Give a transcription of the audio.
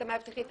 את המאבטחים.